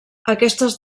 aquestes